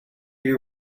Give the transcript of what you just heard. you